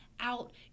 out